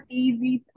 easy